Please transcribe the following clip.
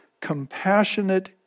compassionate